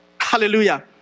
Hallelujah